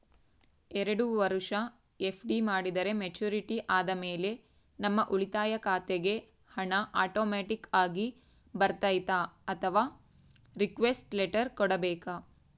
ಎರಡು ವರುಷ ಎಫ್.ಡಿ ಮಾಡಿದರೆ ಮೆಚ್ಯೂರಿಟಿ ಆದಮೇಲೆ ನಮ್ಮ ಉಳಿತಾಯ ಖಾತೆಗೆ ಹಣ ಆಟೋಮ್ಯಾಟಿಕ್ ಆಗಿ ಬರ್ತೈತಾ ಅಥವಾ ರಿಕ್ವೆಸ್ಟ್ ಲೆಟರ್ ಕೊಡಬೇಕಾ?